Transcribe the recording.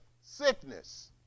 sickness